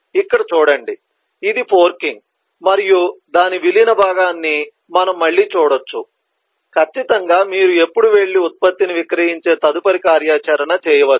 ఇక్కడ చూడండి ఇది ఫోర్కింగ్ మరియు దాని విలీన భాగాన్ని మనము మళ్ళీ చూడవచ్చు ఖచ్చితంగా మీరు ఎప్పుడు వెళ్లి ఉత్పత్తిని విక్రయించే తదుపరి కార్యాచరణ చేయవచ్చు